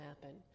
happen